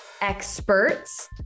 experts